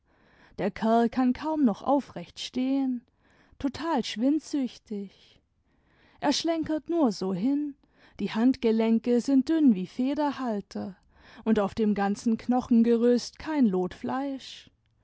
der kerl kann kaum noch aufrecht stehen total schwindsüchtig er schlenkert nur so hin die handgelenke sind dünn wie federhalter und auf dem ganzen knochengerüst kein lot fleisch